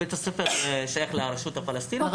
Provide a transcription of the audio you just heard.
בית הספר שייך לרשות הפלסטינית.